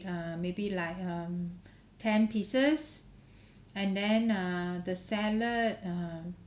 err maybe like um ten pieces and then err the salad um